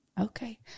Okay